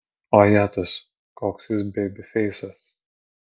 o jetus koks jis beibifeisas